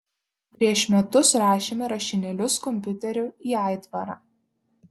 prieš metus rašėme rašinėlius kompiuteriu į aitvarą